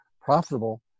profitable